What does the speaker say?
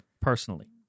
personally